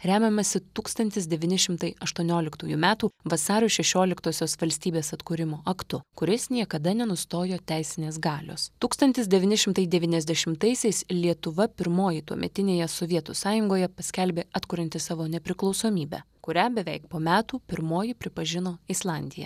remiamasi tūkstantis devyni šimtai aštuonioliktųjų metų vasario šešioliktosios valstybės atkūrimo aktu kuris niekada nenustojo teisinės galios tūkstantis devyni šimtai devyniasdešimtaisiais lietuva pirmoji tuometinėje sovietų sąjungoje paskelbė atkurianti savo nepriklausomybę kurią beveik po metų pirmoji pripažino islandija